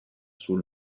sul